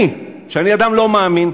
אני, שאני אדם לא מאמין,